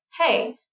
hey